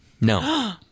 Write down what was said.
No